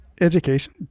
education